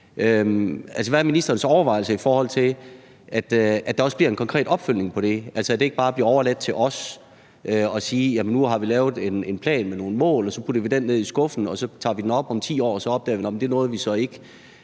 hvad er så ministerens overvejelser om, at der også bliver en konkret opfølgning på det? Altså, at det ikke bare bliver overladt til os at sige, at nu har vi lavet en plan med nogle mål, som vi så putter ned i skuffen og tager op om 10 år, og så opdager vi, at det nåede vi så ikke.